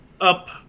up